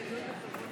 הסתייגות 17